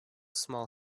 small